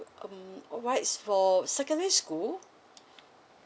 um whilst for secondary school